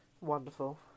Wonderful